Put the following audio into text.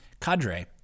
Cadre